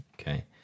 Okay